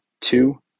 Two